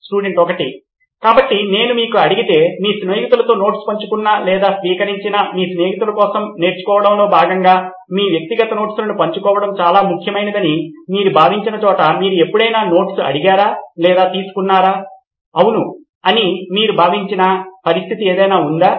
student 1 కాబట్టి నేను మీకు అడిగితే మీ స్నేహితులతో నోట్స్ పంచుకున్న లేదా స్వీకరించిన మీ స్నేహితుల కోసం నేర్చుకోవడంలో భాగంగా మీ వ్యక్తిగత నోట్స్లను పంచుకోవడం చాలా ముఖ్యమైనదని మీరు భావించిన చోట మీరు ఎప్పుడైనా నోట్స్ అడిగారా లేదా తీసుకున్నారా అవును అని మీరు భావించిన పరిస్థితి ఏదైనా ఉందా